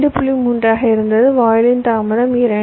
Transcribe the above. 3 ஆக இருந்தது வாயிலின் தாமதம் 2